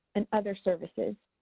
and other services.